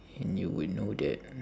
and you will know that